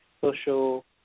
social